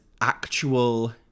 actual